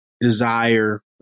desire